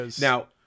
Now